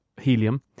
helium